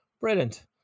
Brilliant